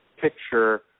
picture